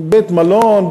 בית-מלון,